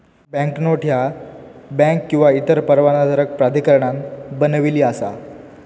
banknote ह्या bank किंवा इतर परवानाधारक प्राधिकरणान बनविली असा